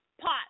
pot